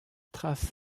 traces